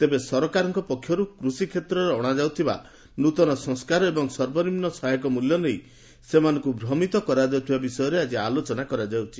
ତେବେ ସରକାରଙ୍କ ପକ୍ଷରୁ କୃଷି କ୍ଷେତ୍ରରେ ଅଣାଯାଉଥିବା ନୃତନ ସଂସ୍କାର ଏବଂ ସର୍ବନିମ୍ନ ସହାୟକ ମୂଲ୍ୟ ନେଇ ସେମାନଙ୍କୁ ଭ୍ରମିତ କରାଯାଉଥିବା ବିଷୟରେ ଆଜି ଆଲୋଚନା କରାଯାଉଛି